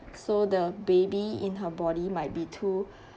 so the baby in her body might be too